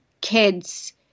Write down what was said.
kids